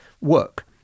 work